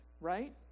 right